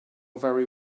very